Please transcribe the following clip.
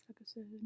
episode